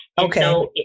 Okay